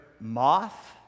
moth